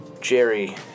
Jerry